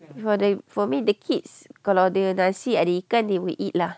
for the for me the kids kalau ada nasi ada ikan they will eat lah